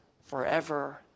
forever